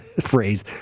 phrase